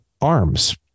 arms